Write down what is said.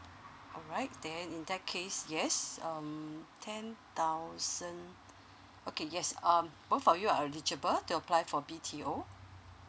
alright then in that case yes um ten thousand okay yes um both of you are eligible to apply for B_T_O